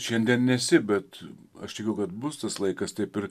šiandien nesi bet aš tikiu kad bus tas laikas taip ir